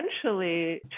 essentially